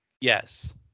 yes